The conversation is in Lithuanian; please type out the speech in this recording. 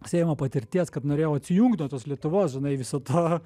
seimo patirties kad norėjau atsijungt nuo tos lietuvos žinai viso to